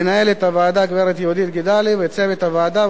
למנהלת הוועדה הגברת יהודית גידלי ולצוות הוועדה,